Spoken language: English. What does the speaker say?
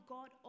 God